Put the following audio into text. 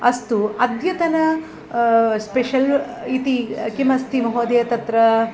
अस्तु अद्यतन स्पेशल् इति किमस्ति महोदय तत्र